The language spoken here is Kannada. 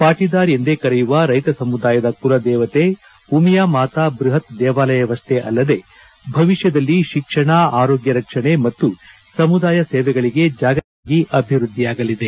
ಪಾಟದಾರ್ ಎಂದೇ ಕರೆಯುವ ರೈತ ಸಮುದಾಯದ ಕುಲದೇವತೆ ಉಮಿಯಾ ಮಾತಾ ಬೃಹತ್ ದೇವಾಲಯವಷ್ಟೇ ಅಲ್ಲದೇ ಭವಿಷ್ಕದಲ್ಲಿ ಶಿಕ್ಷಣ ಆರೋಗ್ಯ ರಕ್ಷಣೆ ಮತ್ತು ಸಮುದಾಯ ಸೇವೆಗಳಿಗೆ ಜಾಗತಿಕ ಕೇಂದ್ರವಾಗಿ ಅಭಿವೃದ್ಧಿಯಾಗಲಿದೆ